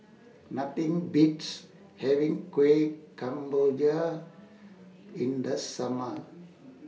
Nothing Beats having Kueh Kemboja in The Summer